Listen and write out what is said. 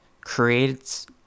creates